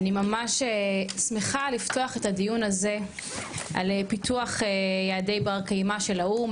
אני ממש שמחה לפתוח את הדיון הזה על פיתוח יעדי בר קיימא של האו"ם,